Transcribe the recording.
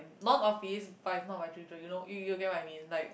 non office but is not my dream job you know you you get what I mean like